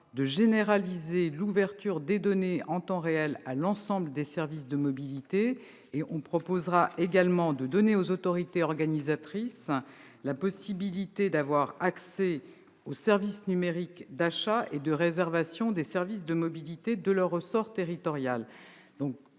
de généraliser l'ouverture des données en temps réel à l'ensemble des services de mobilité ; nous proposerons également de donner aux autorités organisatrices la possibilité d'avoir accès aux services numériques d'achat et de réservation des services de mobilités qui sont de leur ressort territorial.